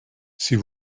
sie